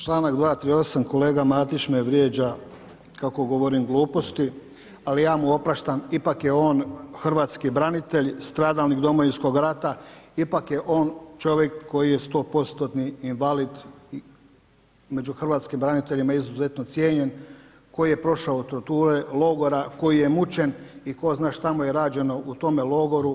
Članak 238. kolega Matić me vrijeđa kako govorim gluposti ali ja mu opraštam, ipak je on hrvatski branitelj, stradalnik Domovinskog rata, ipak je on čovjek koji je 100%-tni invalid među hrvatskim braniteljima izuzetno cijenjen, koji je prošao torture logora, koji je mučen i tko zna šta mu je rađeno u tome logoru.